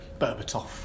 Berbatov